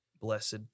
blessed